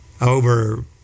over